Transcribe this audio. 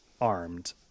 armed